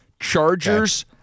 Chargers